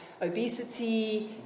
obesity